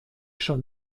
schon